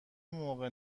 موقع